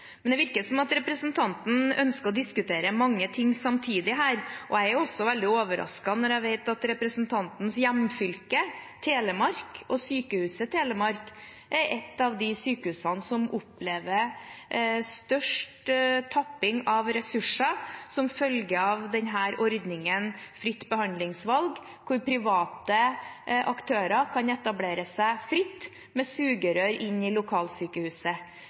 Det virker som representanten ønsker å diskutere mange ting samtidig. Jeg er også veldig overrasket når jeg vet at i representantens hjemfylke, Telemark, er Sykehuset Telemark et av de sykehusene som opplever størst tapping av ressurser som følge av ordningen fritt behandlingsvalg, der private aktører kan etablere seg fritt, med sugerør inn i lokalsykehuset.